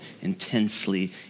intensely